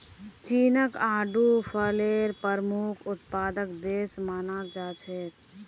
चीनक आडू फलेर प्रमुख उत्पादक देश मानाल जा छेक